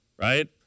right